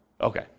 okay